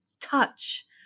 touch